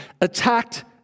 attacked